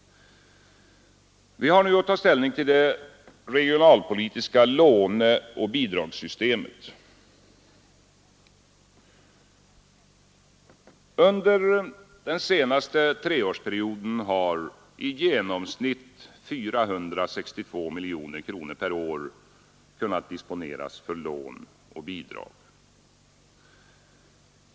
Vi har nu att ta ställning till det regionalpolitiska låneoch bidragssystemet. Under den senaste treårsperioden har i genomsnitt 462 miljoner kronor per år kunnat disponeras för lån och bidrag.